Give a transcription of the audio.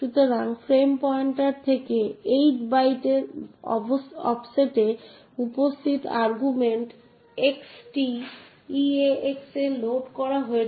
সুতরাং একটি সাধারণ ইউনিক্স এর মতো অপারেটিং সিস্টেমে এই সমস্ত বিশেষাধিকার যারা সাধারণত অ্যাডমিনিস্ট্রেটর দ্বারা পরিচালিত হয় তা অ্যাক্সেস করতে পারে না